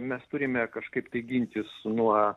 mes turime kažkaip tai gintis nuo